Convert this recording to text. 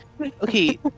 okay